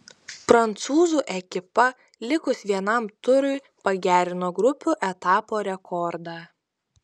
prancūzų ekipa likus vienam turui pagerino grupių etapo rekordą